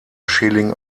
schilling